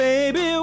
Baby